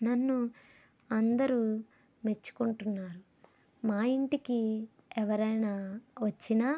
నన్ను అందరూ మెచ్చుకుంటున్నారు మా ఇంటికి ఎవరైనా వచ్చినా